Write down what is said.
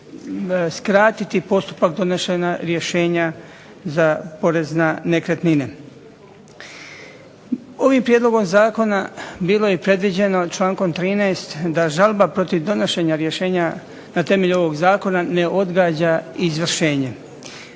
skratiti postupak donošenja rješenja za porez na nekretnine. Ovim prijedlogom zakona bilo je predviđeno člankom 13. da žalba protiv donošenja rješenja na temelju ovog zakona ne odgađa izvršenje.